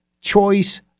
choice